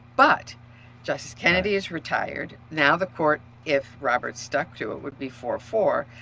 but justice kennedy has retired. now the court, if roberts stuck to it would be four four.